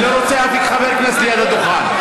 אני לא רוצה אף חבר כנסת ליד הדוכן.